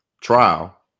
trial